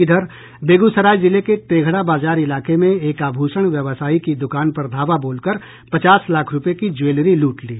इधर बेगूसराय जिले के तेघड़ा बाजार इलाके में एक आभूषण व्यवसायी की दुकान पर धावा बोलकर पचास लाख रूपये की ज्वेलरी लूट ली